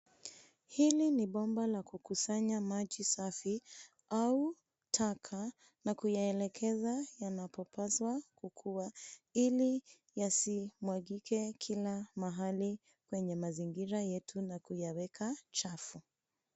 Hili ni bomba la kukusanya maji safi au taka na kuyaelekeza yanapopaswa kukuwa ili yasimwagike kila mahali kwenye mazingira yetu na kuyaweka chafu.